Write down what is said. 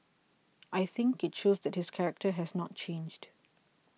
I think it shows that his character has not changed